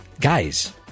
guys